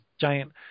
giant